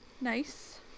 Nice